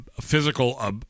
physical